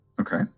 Okay